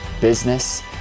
business